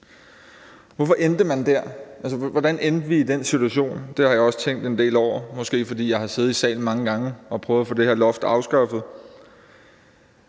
Hvorfor endte man der, altså, hvordan endte vi i den situation? Det har jeg også tænkt en del over, måske fordi jeg har siddet i salen mange gange og prøvet at få det her loft afskaffet.